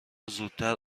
زودتر